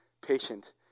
patient